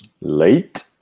Late